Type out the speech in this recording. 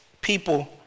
people